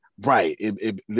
right